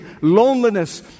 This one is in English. loneliness